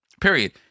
Period